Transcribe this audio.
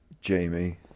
Jamie